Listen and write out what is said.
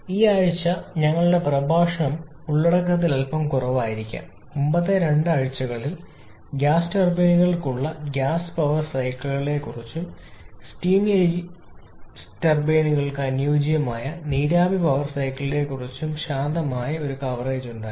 ഈ ആഴ്ച ഞങ്ങളുടെ പ്രഭാഷണം ഉള്ളടക്കത്തിൽ അല്പം കുറവായിരിക്കാം മുമ്പത്തെ രണ്ട് ആഴ്ചകളിൽ ഞങ്ങൾക്ക് ഗ്യാസ് ടർബൈനുകൾക്കായുള്ള ഗ്യാസ് പവർ സൈക്കിളുകളെക്കുറിച്ചും സ്റ്റീം ടർബൈനുകൾക്ക് അനുയോജ്യമായ നീരാവി പവർ സൈക്കിളുകളെക്കുറിച്ചുംശാന്തമായ ഒരു കവറേജ് ഉണ്ടായിരുന്നു